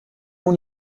اون